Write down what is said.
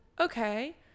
okay